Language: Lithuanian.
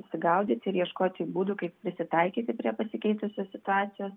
susigaudyti ir ieškoti būdų kaip prisitaikyti prie pasikeitusios situacijos